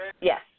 Yes